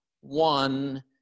one